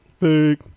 fake